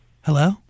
Hello